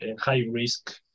high-risk